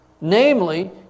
namely